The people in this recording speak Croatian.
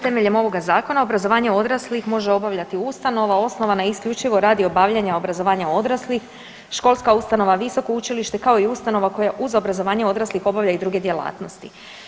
Temeljem ovog zakona obrazovanje odraslih može obavljati ustanova osnovana isključivo radi obavljanja obrazovanja odraslih, školska ustanova visoko učilište kao i ustanova koja uz obrazovanje odraslih obavlja i druge djelatnosti.